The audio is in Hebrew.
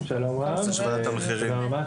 שלום רב, תודה רבה.